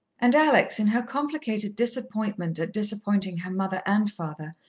and alex, in her complicated disappointment at disappointing her mother and father,